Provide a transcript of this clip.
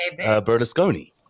Berlusconi